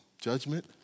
judgment